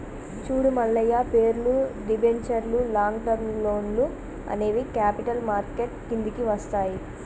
చూడు మల్లయ్య పేర్లు, దిబెంచర్లు లాంగ్ టర్మ్ లోన్లు అనేవి క్యాపిటల్ మార్కెట్ కిందికి వస్తాయి